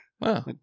wow